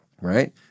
right